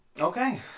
Okay